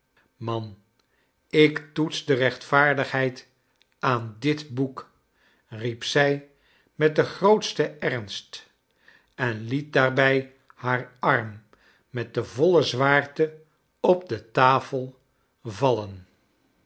manl ik to ts de rechtvaardig heid aan dit boek riep zij met den grootsten ernst en liet daarbij haar arm met de voile zwaarte op de tafel vallen